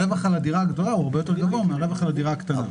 הרווח על הדירה הוא הרבה יותר גבוה מהרווח על הדירה הקטנה.